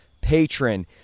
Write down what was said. patron